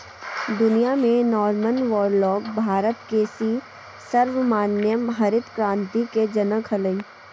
दुनिया में Norman Borlaug Bharat के सी सुब्रमण्यम हरित क्रांति के जनक हलई